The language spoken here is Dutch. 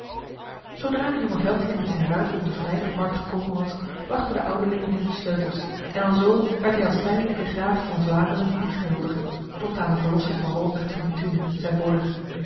zodra de jonge veldheer met zijn ruiters op de vrijdagmarkt gekomen was brachten de ouderlingen hem de sleutels en alzo werd hij als tijdelijke graaf van vlaanderen ingehuldigd tot aan de verlossing van robrecht van bethune zijn broeder